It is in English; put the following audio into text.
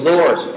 Lord